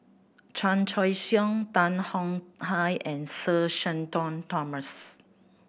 Chan Choy Siong Tan Tong Hye and Sir Shenton Thomas